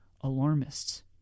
alarmists